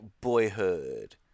Boyhood